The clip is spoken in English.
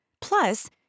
Plus